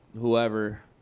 whoever